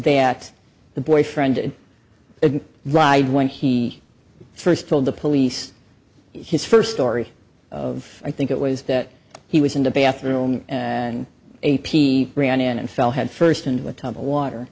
that the boyfriend didn't ride when he first told the police his first story of i think it was that he was in the bathroom and a p ran in and fell headfirst into a tub of water